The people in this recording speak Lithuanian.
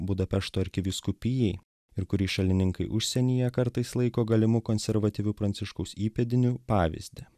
budapešto arkivyskupijai ir kurį šalininkai užsienyje kartais laiko galimu konservatyviu pranciškaus įpėdiniu pavyzdį